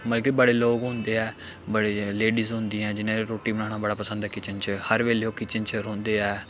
मतलब कि बड़े लोक होंदे ऐ बड़े लेडिज होंदियां ऐ जि'नें रुट्टी बनाना बड़ा पसंद ऐ किचन च हर बेल्लै ओह् किचन च रौंह्दे ऐ